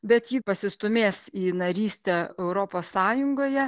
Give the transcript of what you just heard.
bet ji pasistūmės į narystę europos sąjungoje